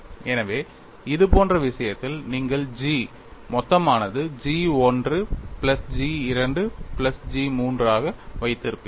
எனவே இதுபோன்ற விஷயத்தில் நீங்கள் G மொத்தம் ஆனது G I plus G II plus G III ஆக வைத்து இருப்பீர்கள்